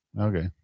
Okay